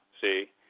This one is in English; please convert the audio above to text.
See